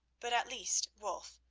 but at least, wulf,